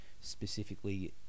specifically